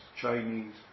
Chinese